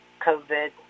COVID